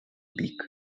бік